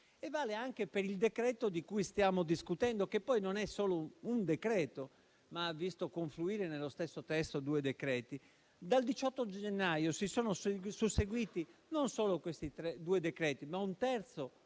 vale anche per il decreto di cui stiamo discutendo, che poi non è solo un decreto, ma ha visto confluire nello stesso testo due decreti. Dal 18 gennaio si sono susseguiti, non solo questi due decreti, ma un terzo